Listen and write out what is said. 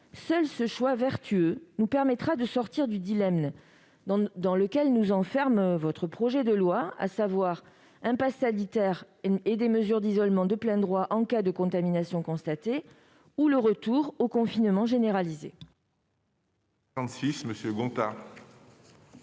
Seul ce choix vertueux nous permettra de sortir du dilemme dans lequel nous enferme le projet de loi : passe sanitaire et mesures d'isolement de plein droit en cas de contamination constatée, ou retour au confinement généralisé.